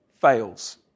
Fails